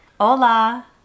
Hola